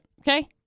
okay